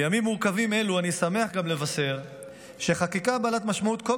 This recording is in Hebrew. בימים מורכבים אלו אני שמח גם לבשר שחקיקה בעלת משמעות כה